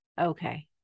Okay